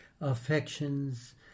affections